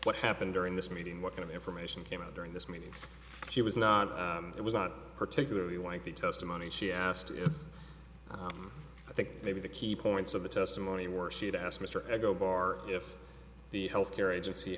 what happened during this meeting what kind of information came out during this meeting she was not it was not particularly like the testimony she asked if i think maybe the key points of the testimony were see it ask mr eko bar if the health care agency